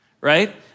Right